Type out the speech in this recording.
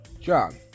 John